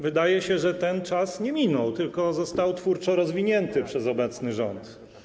Wydaje się, że ten czas nie minął, tylko został twórczo rozwinięty przez obecny rząd.